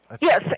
Yes